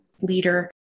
leader